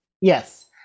Yes